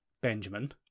Benjamin